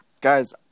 guys